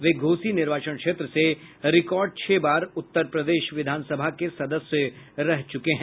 वे घोसी निर्वाचन क्षेत्र से रिकॉर्ड छह बार उत्तर प्रदेश विधानसभा के सदस्य रह चुके हैं